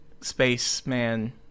Spaceman